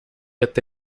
até